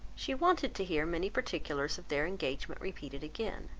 she wanted to hear many particulars of their engagement repeated again,